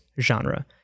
genre